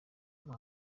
mpa